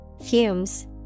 Fumes